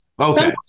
Okay